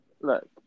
look